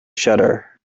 shudder